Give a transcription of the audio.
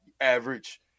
average